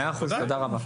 מאה אחוז, תודה רבה.